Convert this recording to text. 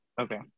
Okay